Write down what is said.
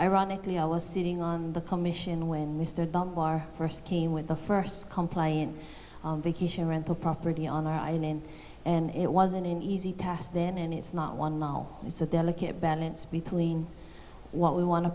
ironically i was sitting on the commission when mr dunbar first came with the first complaint vacation rental property on our island and it wasn't an easy task then and it's not one now it's a delicate balance between what we want to